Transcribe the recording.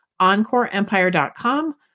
EncoreEmpire.com